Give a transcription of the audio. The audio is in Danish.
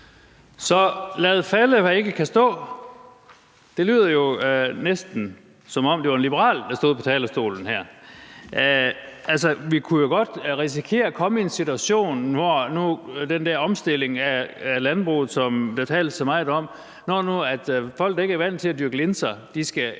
Så lad falde, hvad ikke kan stå. Det lyder jo næsten, som om det var en liberal, der stod på talerstolen her. Altså, vi kunne jo godt risikere at komme i en situation i forbindelse med den der omstilling af landbruget, der tales så meget om, når folk, der ikke er vant til at dyrke linser, skal i gang